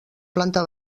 planta